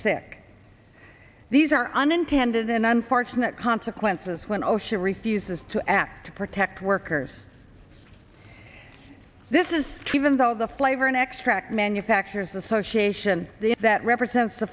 sick these are unintended and unfortunate consequences when osha refuses to act to protect workers this is to even though the flavor an extract manufacturers association that represents the